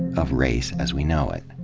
of race as we know it.